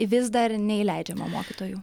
vis dar neįleidžiama mokytojų